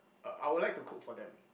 uh I would like to cook for them